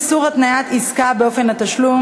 איסור התניית עסקה באופן התשלום),